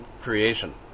creation